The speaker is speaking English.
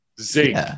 zinc